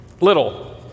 little